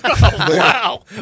Wow